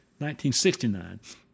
1969